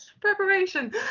Preparation